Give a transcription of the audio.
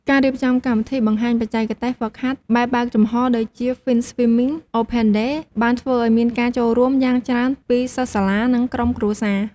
ការរៀបចំកម្មវិធីបង្ហាញបច្ចេកទេស ហ្វឹកហាត់បែបបើកចំហ ដូចជា “Finswimming Open Day” បានធ្វើឱ្យមានការចូលរួមយ៉ាងច្រើនពីសិស្សសាលា និងក្រុមគ្រួសារ។